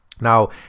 now